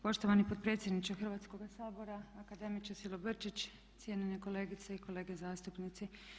Poštovani potpredsjedniče Hrvatskoga sabora, akademiče Silobrčić, cijenjene kolegice i kolege zastupnici.